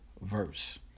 verse